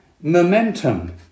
momentum